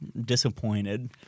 Disappointed